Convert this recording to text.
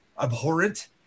abhorrent